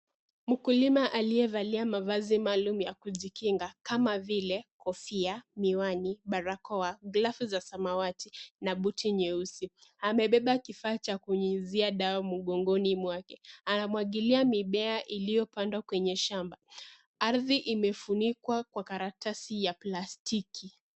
Mkulima aliye valia mavazi maalum ya kujikinga kama vile, kofia, miwani, barakoa, glavu za samawati na buti nyeusi. Amebeba kifaa cha kunyunyizia dawa mgongoni mwake. Anamwagilia mimea iliyopandwa kwenye shamba. Ardhi imefunikwa kwa karatasi ya plastiki